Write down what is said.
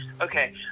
Okay